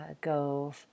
go